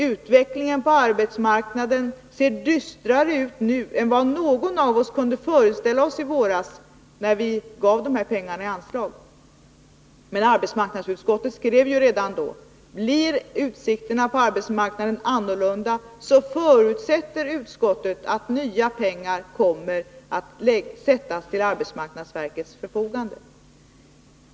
Utvecklingen på arbetsmarknaden ser dystrare ut nu än vad någon av oss kunde föreställa sig i våras när vi gav de här pengarna i anslag. Men arbetsmarknadsutskottet skrev redan då att blir utsikterna annorlunda, så förutsätter utskottet att nya pengar kommer att ställas till arbetsmarknads verkets förfogande.